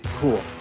Cool